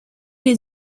les